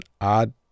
odd